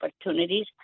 opportunities